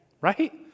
right